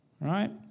Right